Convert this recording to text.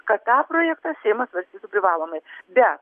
kad tą projektą seimas svarstytų privalomai be